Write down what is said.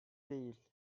değil